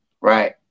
Right